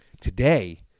Today